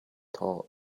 thawh